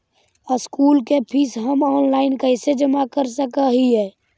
School के fees हम online कैसे जमा कर सक हिय?